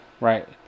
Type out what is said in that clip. Right